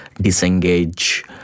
disengage